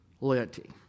loyalty